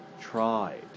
tried